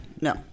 no